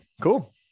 cool